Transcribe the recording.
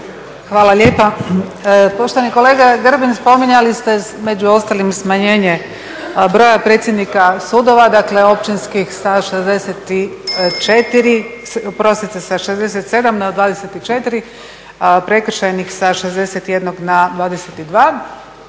Hvala lijepa. Poštovani kolega Grbin, spominjali ste među ostalim smanjenje broja predsjednika sudova, dakle Općinskih sa 64, oprostite sa 67 na 24,